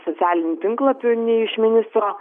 socialinių tinklapių nei iš ministro